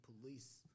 police